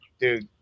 Dude